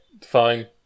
Fine